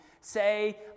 say